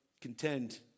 contend